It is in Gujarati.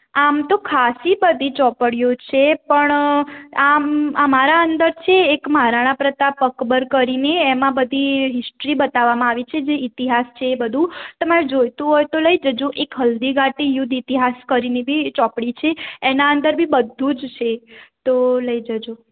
આમ તો ખાસી બધી ચોપડીઓ છે પણ આમ આ મારા અંદર છે મહારાણા પ્રતાપ અકબર કરીને એમાં બધી હિસ્ટરી બતાવવામાં આવી છે જે ઇતિહાસ છે એ બધુ તમારે જોઈતું હોય તો લઈ જજો એક હલ્દી ઘાટી યુદ્ધ ઇતિહાસ કરીને બી ચોપડી છે એના અંદર બી બધું જ છે તો લઈ જજો